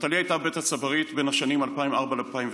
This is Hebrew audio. נטלי הייתה בבית הצברית בין השנים 2004 ל-2006.